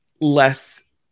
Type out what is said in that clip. less